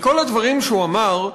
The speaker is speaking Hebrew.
מכל הדברים שהוא אמר,